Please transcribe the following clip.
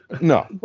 No